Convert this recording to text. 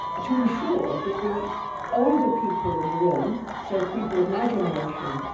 to ensure that the older people in the room, so people of my generation,